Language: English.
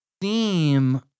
theme